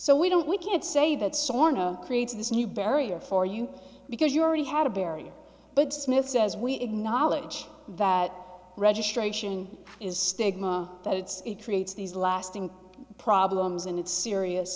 so we don't we can't say that sort of creates this new barrier for you because you already had a barrier but smith says we acknowledge that registration is stigma that it's it creates these lasting problems and it's serious